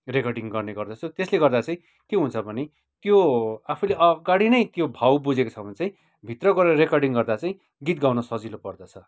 recording गर्ने गर्दछु त्यसले गर्दा चाहिँ के हुन्छ भने त्यो आफूले अगाडि नै त्यो भाव बुझेको छ भने चाहिँ भित्र गोएर रेकर्डिङ गर्दा चाहिँ गीत गाउन सजिलो पर्दछ